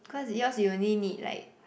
cause yours you only need like